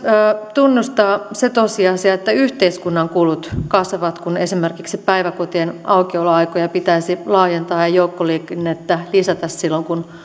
tunnustaa se tosiasia että yhteiskunnan kulut kasvavat kun esimerkiksi päiväkotien aukioloaikoja pitäisi laajentaa ja joukkoliikennettä lisätä silloin kun